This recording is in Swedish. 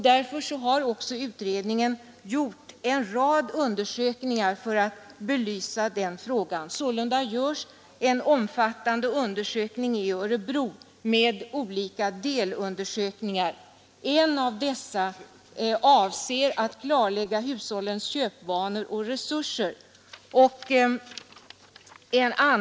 Därför har också utredningen gjort en rad undersökningar för att belysa den frågan. Sålunda görs en omfattande undersökning i Örebro med olika delundersökningar. En av dessa avser att klarlägga hushållens köpvanor och resurser.